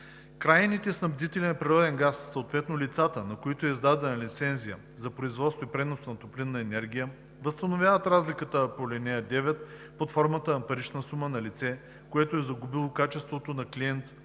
Крайните снабдители на природен газ, съответно лицата, на които е издадена лицензия за производство и пренос на топлинна енергия, възстановяват разликата по ал. 9 под формата на парична сума на лице, което е загубило качеството на клиент и